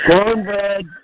Cornbread